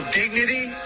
dignity